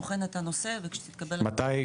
בוחן את הנושא ושתתקבל --- מתי?